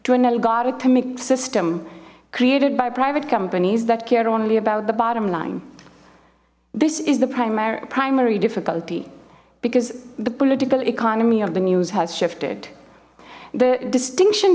algorithmic system created by private companies that care only about the bottom line this is the primary primary difficulty because the political economy of the news has shifted the distinction